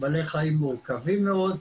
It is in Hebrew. בעלי חיים מורכבים מאוד,